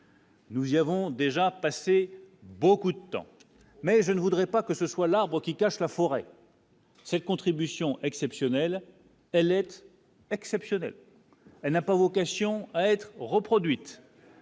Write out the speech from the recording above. Nous avons déjà passé beaucoup de temps mais je ne voudrais pas que ce soit l'arbre qui cache la forêt. Cette contribution exceptionnelle elle être exceptionnelle, elle n'a pas vocation à être reproduite.